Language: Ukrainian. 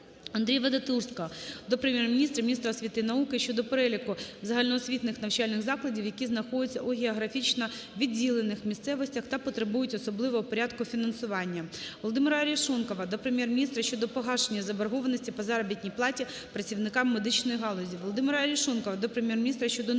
Андрія Вадатурського до Прем'єр-міністра, міністра освіти і науки щодо переліку загальноосвітніх навчальних закладів, які знаходяться у географічно віддалених місцевостях та потребують особливого порядку фінансування. Володимира Арешонкова до Прем'єр-міністра щодо погашення заборгованості по заробітній платі працівникам медичної галузі. Володимира Арешонкова до Прем'єр-міністра щодо недопущення